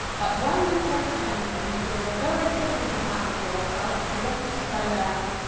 that when we first came here you gave a very different account of yourself to what it's turned out.